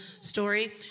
story